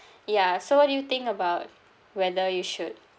ya so what do you think about whether you should